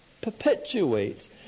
perpetuates